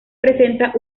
presenta